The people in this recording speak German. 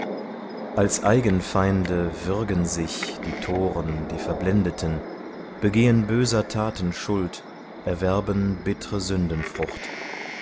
als eigenfeinde würgen sich die toren die verblendeten begehen böser taten schuld erwerben bittre